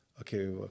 okay